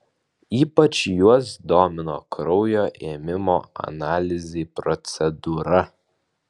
ypač juos domino kraujo ėmimo analizei procedūra